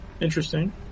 Interesting